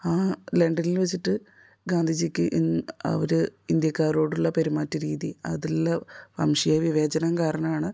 ആ ലണ്ടനിൽ വച്ചിട്ട് ഗാന്ധിജിക്ക് അവർ ഇന്ത്യക്കാരോടുള്ള പെരുമാറ്റ രീതി അതിൽ വംശീയ വിവേചനം കാരണമാണ്